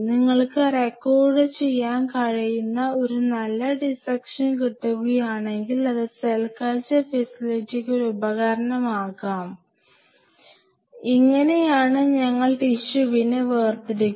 നിങ്ങൾക്ക് റെക്കോർഡു ചെയ്യാൻ കഴിയുന്ന ഒരു നല്ല ഡിസക്ഷൻ കിട്ടുകയാണെങ്കിൽ അത് സെൽ കൾച്ചർ ഫെസിലിറ്റിക്ക് ഒരു ഉപകരണമാക്കാം ഇങ്ങനെയാണ് ഞങ്ങൾ ടിഷ്യുവിനെ വേർതിരിക്കുന്നത്